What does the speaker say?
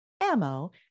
ammo